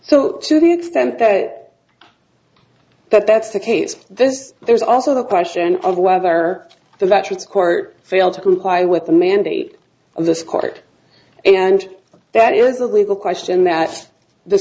so to the extent that that that's the case this there's also the question of whether the veterans court failed to comply with the mandate of this court and that is a legal question that th